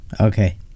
Okay